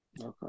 Okay